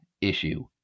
issue